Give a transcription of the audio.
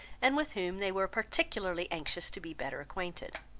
and with whom they were particularly anxious to be better acquainted